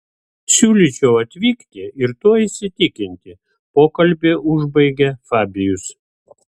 siūlyčiau atvykti ir tuo įsitikinti pokalbį užbaigė fabijus